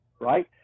right